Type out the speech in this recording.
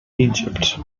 egypt